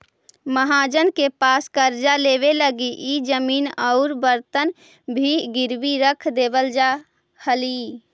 महाजन के पास कर्जा लेवे लगी इ जमीन औउर बर्तन भी गिरवी रख देवल जा हलई